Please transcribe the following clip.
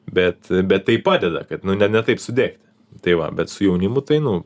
bet bet tai padeda kad ne ne taip sudegti tai va bet su jaunimu tai nu